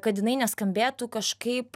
kad jinai neskambėtų kažkaip